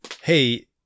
hey